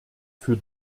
für